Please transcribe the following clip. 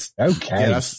Okay